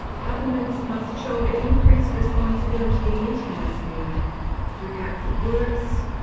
governments must shoulder increased responsibility in meeting this need through capital works,